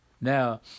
Now